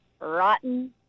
Rotten